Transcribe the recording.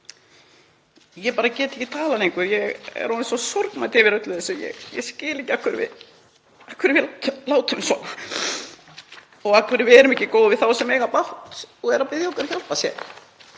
Ég bara get ekki talað lengur, ég er orðin svo sorgmædd yfir öllu þessu. Ég skil ekki af hverju við látum svona og af hverju við erum ekki góð við þá sem eiga bágt og eru að biðja okkur um hjálp, kusu